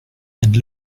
and